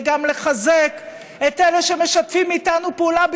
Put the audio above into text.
וגם לחזק את אלה שמשתפים איתנו פעולה,